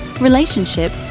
relationship